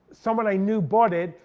someone i knew bought it,